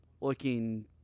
looking